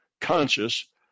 conscious